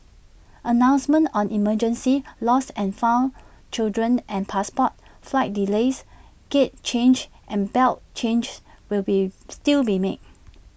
announcements on emergencies lost and found children and passports flight delays gate changes and belt changes will still be made